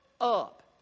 up